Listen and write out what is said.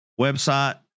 website